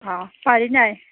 অঁ পাৰি নাই